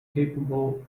capable